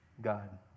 God